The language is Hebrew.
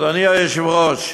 אדוני היושב-ראש,